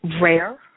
rare